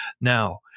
Now